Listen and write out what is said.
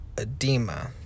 edema